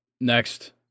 Next